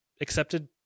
accepted